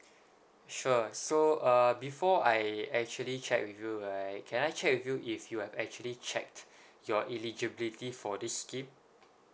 sure so uh before I actually check with you right can I check with you if you have actually checked your eligibility for this scheme